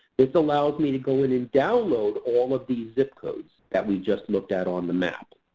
this allows me to go in and download all of these zip codes that we just looked at on the map.